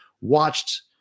watched